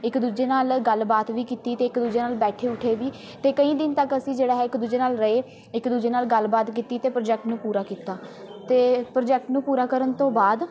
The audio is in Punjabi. ਇੱਕ ਦੂਜੇ ਨਾਲ਼ ਗੱਲਬਾਤ ਵੀ ਕੀਤੀ ਅਤੇ ਇੱਕ ਦੂਜੇ ਨਾਲ਼ ਬੈਠੇ ਉੱਠੇ ਵੀ ਅਤੇ ਕਈ ਦਿਨ ਤੱਕ ਅਸੀਂ ਜਿਹੜਾ ਹੈ ਇੱਕ ਦੂਜੇ ਨਾਲ਼ ਰਹੇ ਇੱਕ ਦੂਜੇ ਨਾਲ਼ ਗੱਲਬਾਤ ਕੀਤੀ ਅਤੇ ਪ੍ਰੋਜੈਕਟ ਨੂੰ ਪੂਰਾ ਕੀਤਾ ਅਤੇ ਪ੍ਰੋਜੈਕਟ ਨੂੰ ਪੂਰਾ ਕਰਨ ਤੋਂ ਬਾਅਦ